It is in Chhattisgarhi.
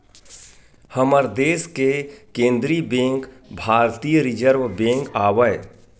हमर देस के केंद्रीय बेंक भारतीय रिर्जव बेंक आवय